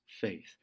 faith